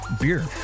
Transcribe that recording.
beer